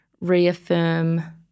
reaffirm